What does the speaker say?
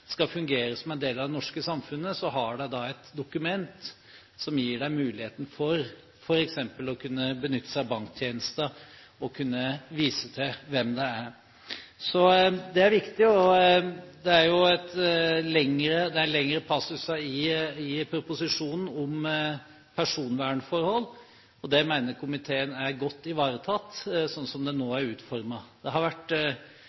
skal fungere som en del av det norske samfunnet, har et dokument som gir dem muligheten til f.eks. å benytte seg av banktjenester og kunne vise hvem de er. Så det er viktig. Det er lengre passuser i proposisjonen om personvernforhold. Det mener komiteen er godt ivaretatt, sånn som det nå er utformet. Det har vært